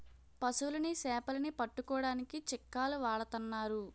పశువులని సేపలని పట్టుకోడానికి చిక్కాలు వాడతన్నారు